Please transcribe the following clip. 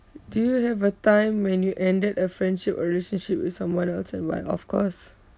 do you have a time when you ended a friendship or relationship with someone else and why of course